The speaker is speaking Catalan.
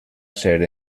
ser